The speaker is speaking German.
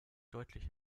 deutlich